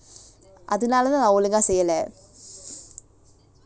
அதுனாலதான் நா ஒழுங்கா செய்யல்ல:athunaalathaan naa olunga seiyalla